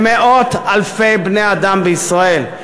למאות-אלפי בני-אדם בישראל.